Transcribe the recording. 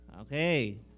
okay